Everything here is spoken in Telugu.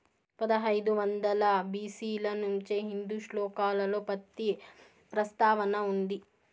పదహైదు వందల బి.సి ల నుంచే హిందూ శ్లోకాలలో పత్తి ప్రస్తావన ఉంది